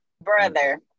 Brother